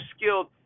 skilled